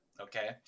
okay